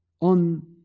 on